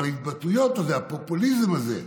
אבל ההתבטאויות, הפופוליזם הזה,